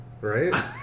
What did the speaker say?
Right